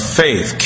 faith